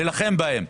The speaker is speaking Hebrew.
להילחם בהם.